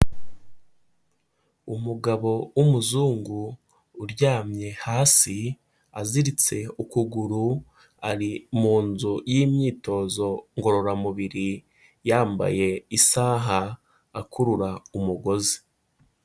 Umugabo w'umuzungu, uryamye hasi, aziritse ukuguru, ari mu nzu y'imyitozo ngororamubiri, yambaye isaha, akurura umugozi.